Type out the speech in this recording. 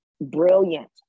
brilliant